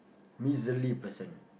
miserly person